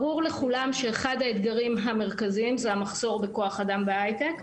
ברור לכולם שאחד האתגרים המרכזיים הוא מחסור בכוח אדם בהיי-טק,